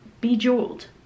bejeweled